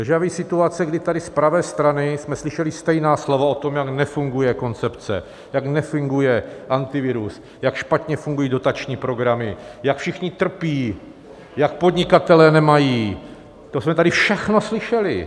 Déjà vu situace, kdy tady z pravé strany jsme slyšeli stejná slova o tom, jak nefunguje koncepce, jak nefunguje antivirus, jak špatně fungují dotační programy, jak všichni trpí, jak podnikatelé nemají to jsme tady všechno slyšeli.